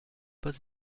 pas